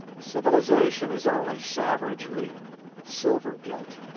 civilization is only savagery silver-gilt.